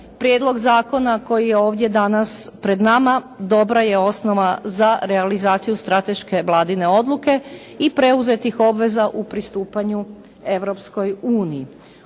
prijedlog zakona koji je danas ovdje pred nama dobra je osnova za realizaciju strateške Vladine odluke i preuzetih obveza u pristupanju Europskoj uniji.